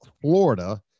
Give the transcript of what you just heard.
Florida